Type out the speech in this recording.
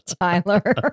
Tyler